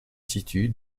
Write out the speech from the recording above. situe